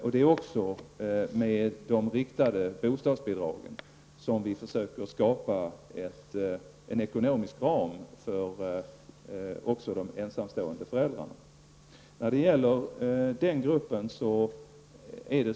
Vi försöker även skapa en ekonomisk ram för ensamstående föräldrar när det gäller de riktade bostadsbidragen.